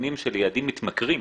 נתונים של ילדים מתמכרים,